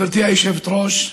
גברתי היושבת-ראש,